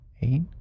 Eight